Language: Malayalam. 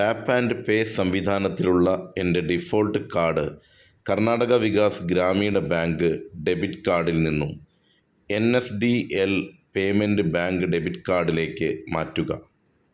ടാപ്പ് ആൻഡ് പേ സംവിധാനത്തിലുള്ള എൻ്റെ default card Karnataka Vikas Grameena bank debit കാർഡിൽനിന്നും N S D L payment bank debit കാർഡിലേക്ക് മാറ്റുക